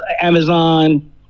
Amazon